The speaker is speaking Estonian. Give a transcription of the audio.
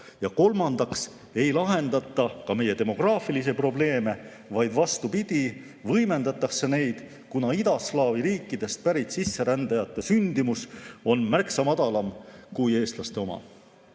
ja kolmandaks ei lahendata ka meie demograafilisi probleeme, vaid vastupidi, võimendatakse neid, kuna idaslaavi riikidest pärit sisserändajate sündimus on märksa madalam kui eestlaste oma.